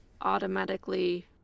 automatically